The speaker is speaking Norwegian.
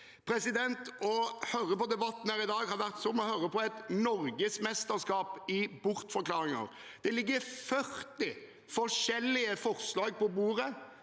verdenen. Å høre på debatten her i dag har vært som å høre på et norgesmesterskap i bortforklaringer. Det ligger 40 forskjellige forslag på bordet.